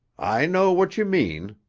i know what you mean,